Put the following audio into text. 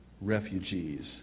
refugees